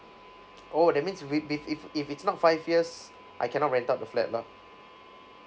oh that means with with if if it's not five years I cannot rent out the flat lah